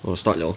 well start liao